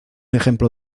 ejemplo